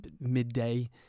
midday